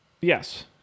Yes